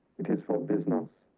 it is for business,